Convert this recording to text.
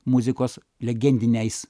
muzikos legendiniais